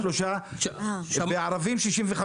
הערבים, 65